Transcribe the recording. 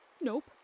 Nope